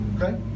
Okay